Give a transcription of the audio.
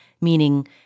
meaning